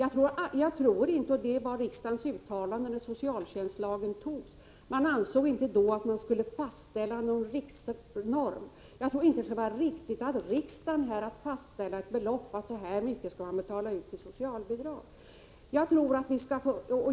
När socialtjänstlagen antogs uttalade riksdagen att man inte skulle fastställa någon riksnorm. Jag tror inte att det skulle vara riktigt bra om riksdagen fastställde ett belopp som kommunerna skall betala ut i socialbidrag.